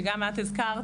שגם את הזכרת,